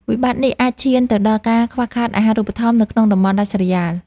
វិបត្តិនេះអាចឈានទៅដល់ការខ្វះខាតអាហារូបត្ថម្ភនៅក្នុងតំបន់ដាច់ស្រយាល។